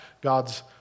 God's